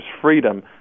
freedom